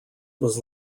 was